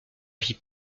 vie